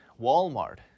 Walmart